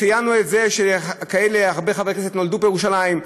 ציינו את זה שהרבה חברי כנסת נולדו בירושלים,